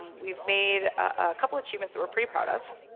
we've made a couple of achievements that we're pretty proud of.